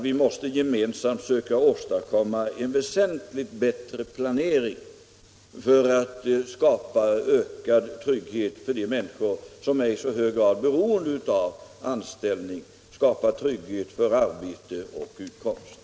Vi måste gemensamt försöka åstadkomma en väsentligt bättre planering för att skapa ökad trygghet för de människor som för sin utkomst i så hög grad är beroende av sin anställning.